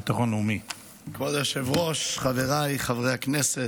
כבוד היושב-ראש, חבריי חברי הכנסת,